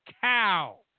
cow